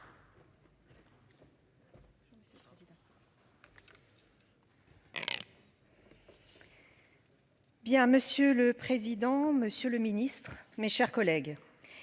monsieur le président, Monsieur le Ministre, mes chers collègues.